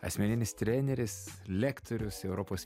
asmeninis treneris lektorius europos